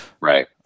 Right